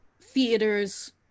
theaters